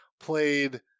played